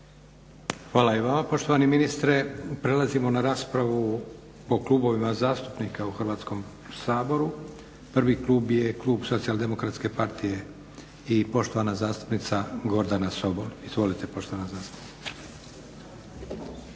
Hvala i vama poštovani ministre. Prelazimo na raspravu po klubovima zastupnika u Hrvatskom saboru. Prvi klub je klub SDP-a i poštovana zastupnica Gordana Sobol. Izvolite poštovana zastupnice.